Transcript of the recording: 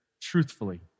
truthfully